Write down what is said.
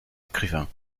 écrivains